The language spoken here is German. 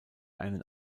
einen